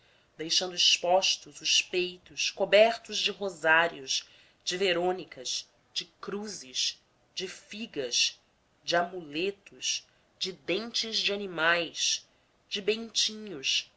deixando expostos os peitos cobertos de rosários de verônicas de cruzes de figas de amuletos de dentes de animais de bentinhos